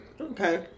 okay